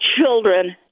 children